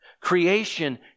creation